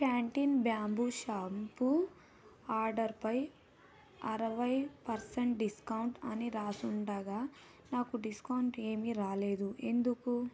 Pantene bamboo shampoo ఆర్డర్పై అరవై percent discount అని రాసుండగా నాకు డిస్కౌంట్ ఏమీ రాలేదు ఎందుకు